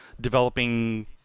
developing